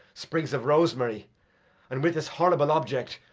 sprigs of rosemary and with this horrible object,